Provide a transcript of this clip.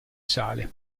sale